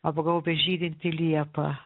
apgaubia žydinti liepa